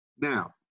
Now